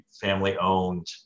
family-owned